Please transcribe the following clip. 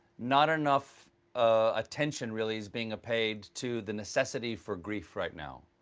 not enough attention really is being paid to the necessity for grief right now,